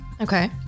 Okay